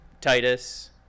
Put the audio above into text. titus